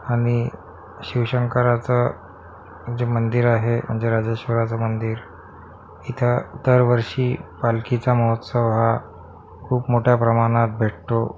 आणि शिवशंकराचं जे मंदिर आहे आमच्या राजेश्वराचं मंदिर इथं दरवर्षी पालखीचा महोत्सव हा खूप मोठ्या प्रमाणात भेटतो